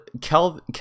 kelvin